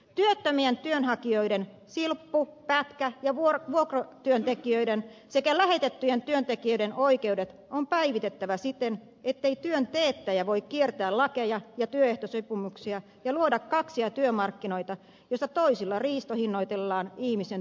työttömien työnhakijoiden silppu pätkä ja vuokratyöntekijöiden sekä lähetettyjen työntekijöiden oikeudet on päivitettävä siten ettei työn teettäjä voi kiertää lakeja ja työehtosopimuksia ja luoda kaksia työmarkkinoita joista toisilla riistohinnoitellaan ihmisen työpanos